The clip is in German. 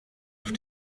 auf